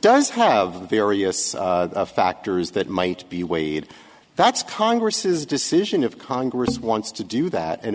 does have various factors that might be weighed that's congress's decision if congress wants to do that and